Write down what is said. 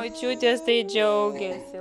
močiutės tai džiaugėsi